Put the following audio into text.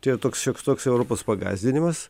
čia toks šioks toks europos pagąsdinimas